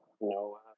No